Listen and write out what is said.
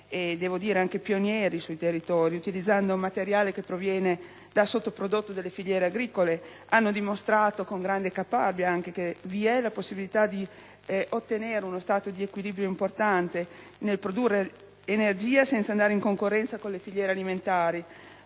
veri e propri pionieri sul territorio, utilizzando materiale che proviene dal sottoprodotto delle filiere agricole. Hanno dimostrato con grande caparbietà che è possibile ottenere uno stato di equilibrio importante nel produrre energia senza andare in concorrenza con le filiere alimentari